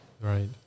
Right